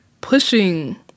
pushing